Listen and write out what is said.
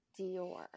Dior